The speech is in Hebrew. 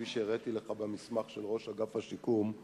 כפי שהראיתי לך במסמך של ראש אגף השיקום,